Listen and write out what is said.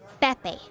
Pepe